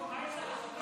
לכו תושיטו יד,